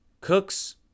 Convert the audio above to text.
Cooks